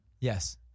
Yes